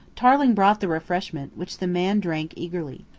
tarling brought the refreshment, which the man drank eagerly.